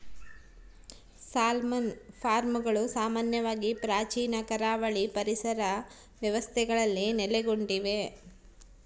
salmon ಫಾರ್ಮ್ಗಳು ಸಾಮಾನ್ಯವಾಗಿ ಪ್ರಾಚೀನ ಕರಾವಳಿ ಪರಿಸರ ವ್ಯವಸ್ಥೆಗಳಲ್ಲಿ ನೆಲೆಗೊಂಡಿವೆ